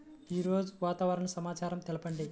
ఈరోజు వాతావరణ సమాచారం తెలుపండి